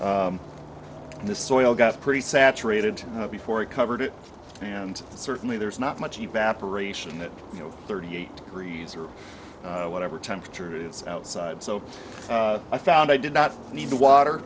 in the soil got pretty saturated before it covered it and certainly there's not much evaporation that you know thirty eight degrees or whatever temperature is outside so i found i did not need the water